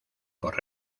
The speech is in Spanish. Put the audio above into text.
por